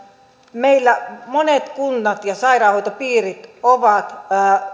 meillä monet kunnat ja sairaanhoitopiirit ovat